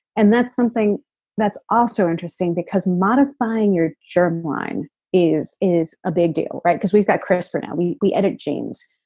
and that's something that's also interesting because modifying your germline germline is a big deal, right because we've got crispr now. we we edit genes,